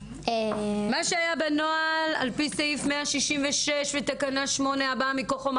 מה שהיה בנוהל על פי סעיף 166 ותקנה 8 הבאה מכוחו,